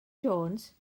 jones